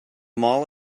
mall